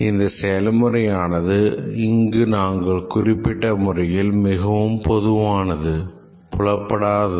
இந்த செயல்முறை ஆனது இங்கு நாங்கள் குறிப்பிட்ட முறையில் மிகவும் பொதுவானது புலப்படாதது